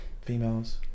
Females